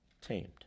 tamed